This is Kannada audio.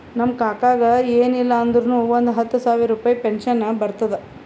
ನಮ್ ಕಾಕಾಗ ಎನ್ ಇಲ್ಲ ಅಂದುರ್ನು ಒಂದ್ ಹತ್ತ ಸಾವಿರ ರುಪಾಯಿ ಪೆನ್ಷನ್ ಬರ್ತುದ್